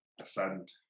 ascend